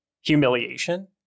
humiliation